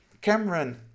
Cameron